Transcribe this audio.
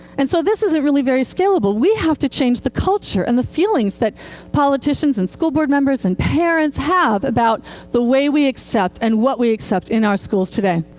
and so this isn't very scalable. we have to change the culture and the feelings that politicians and school board members and parents have about the way we accept and what we accept in our schools today.